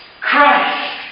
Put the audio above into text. Christ